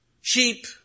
sheep